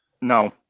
No